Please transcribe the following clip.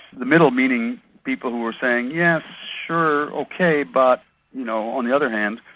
the middle meaning people who are saying, yes, sure, okay, but you know, on the other hand'.